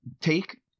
take